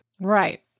Right